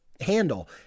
handle